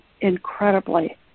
incredibly